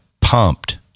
pumped